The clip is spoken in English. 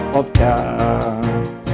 Podcast